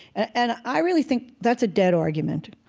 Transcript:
and i really think that's a dead argument.